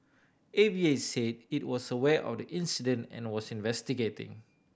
A V A said it was aware of the incident and was investigating